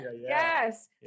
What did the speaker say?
Yes